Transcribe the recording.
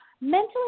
mentally